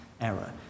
error